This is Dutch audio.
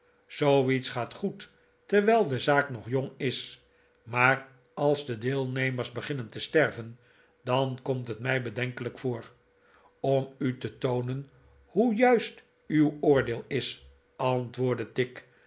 zooiets gaat goed terwijl de zaak nog jong is maar als de deelnemers beginnen te sterven dan komt het mij bedenkelijk voor om u te toonen hoe juist uw oordeel is antwoordde tigg